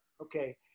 Okay